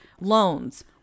loans